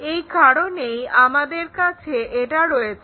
এই কারনেই আমাদের কাছে এটা রয়েছে